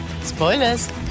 Spoilers